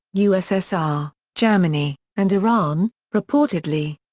u s s r, germany, and iran, reportedly.